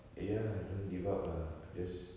ya lah don't give up lah just